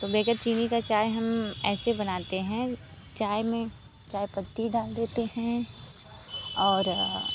तो बगैर चीनी का चाय हम ऐसे बनाते हैं चाय में चाय पत्ती डाल देते हैं और